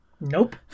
Nope